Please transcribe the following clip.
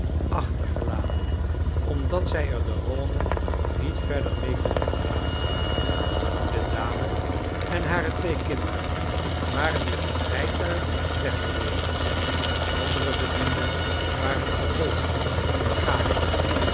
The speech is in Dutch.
achtergelaten omdat zij er de rhône niet verder mede kon opvaren de dame en hare twee kinderen waren met een rijtuig weggereden de andere bedienden waren gevolgd met de bagage